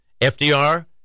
FDR